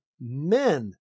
men